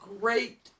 great